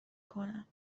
کنم